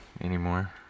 anymore